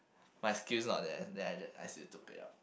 my skills not there then I still took it up